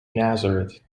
nazareth